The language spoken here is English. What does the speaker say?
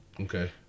Okay